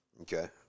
Okay